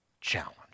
challenge